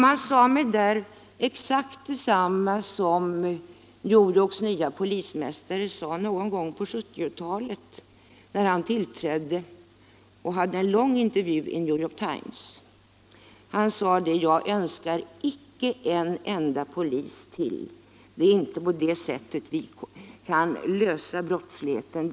Man sade mig då exakt detsamma som New Yorks nya polismästare sade i en lång intervju i New York Times då han för några år sedan tillträdde sin befattning: Jag önskar icke en enda polis till. Det är inte på det sättet vi kan få bukt med brottsligheten.